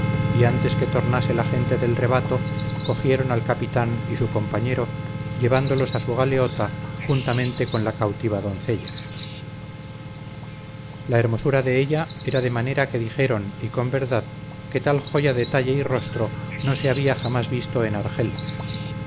y antes que tornase la gente del rebato cogieron al capitán y su compañero llevándolos a su galeota juntamente con la cautiva doncella la hermosura de ella era de manera que dijeron y con verdad que tal joya de talle y rostro no se había jamás visto en argel